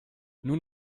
nun